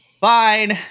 fine